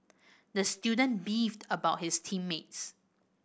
the student beefed about his team mates